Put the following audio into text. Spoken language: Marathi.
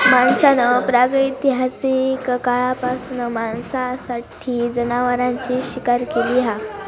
माणसान प्रागैतिहासिक काळापासना मांसासाठी जनावरांची शिकार केली हा